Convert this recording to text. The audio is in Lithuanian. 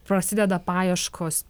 prasideda paieškos